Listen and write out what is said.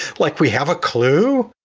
like we have a clue.